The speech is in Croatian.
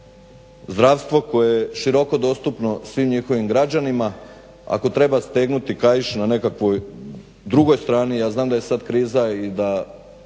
zdravstvo koje je široko dostupno svim njihovim građanima, ako treba stegnuti kaiš na nekakvoj drugoj strani. Ja znam da je sad kriza i da